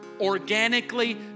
organically